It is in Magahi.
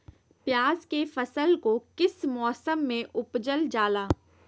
प्याज के फसल को किस मौसम में उपजल जाला?